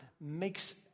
makes